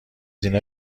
اینا